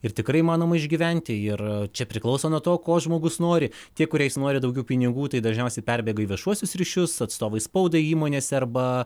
ir tikrai įmanoma išgyventi ir čia priklauso nuo to ko žmogus nori tie kuriais noriu daugiau pinigų tai dažniausiai perbėgu į viešuosius ryšius atstovais spaudai įmonėse arba